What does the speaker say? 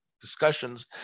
discussions